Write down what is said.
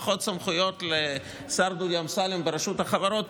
פחות סמכויות לשר דודי אמסלם ברשות החברות,